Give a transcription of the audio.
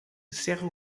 cerro